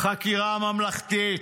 חקירה ממלכתית.